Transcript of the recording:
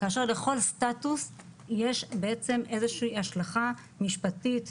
כאשר לכל סטטוס יש השלכה משפטית,